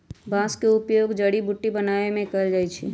बांस का उपयोग जड़ी बुट्टी बनाबे में कएल जाइ छइ